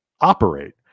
operate